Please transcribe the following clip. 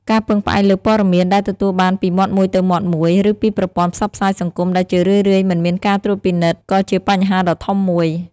ការពឹងផ្អែកលើព័ត៌មានដែលទទួលបានពីមាត់មួយទៅមាត់មួយ ឬពីប្រព័ន្ធផ្សព្វផ្សាយសង្គម ដែលជារឿយៗមិនមានការត្រួតពិនិត្យក៏ជាបញ្ហាដ៏ធំមួយ។